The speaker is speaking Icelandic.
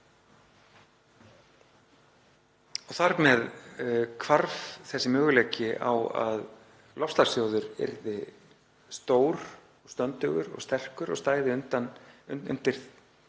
Þar með hvarf þessi möguleiki á að loftslagssjóður yrði stór, stöndugur og sterkur og stæði undir þeirri